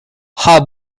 her